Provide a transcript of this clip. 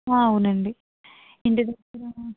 అవునండి ఇంటిదగ్గర